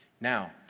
Now